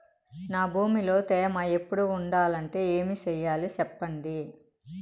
నా భూమిలో తేమ ఎప్పుడు ఉండాలంటే ఏమి సెయ్యాలి చెప్పండి?